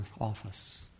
office